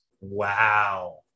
wow